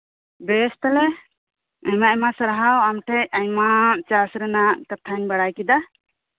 ᱵᱮᱥᱛᱟᱦᱚᱞᱮ ᱟᱭᱢᱟ ᱟᱭᱢᱟ ᱥᱟᱨᱦᱟᱣ ᱟᱢᱴᱷᱮᱡ ᱟᱭᱢᱟ ᱪᱟᱥᱨᱮᱱᱟᱜ ᱠᱟᱛᱷᱟᱧ ᱵᱟᱲᱟᱭᱠᱮᱫᱟ